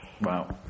Wow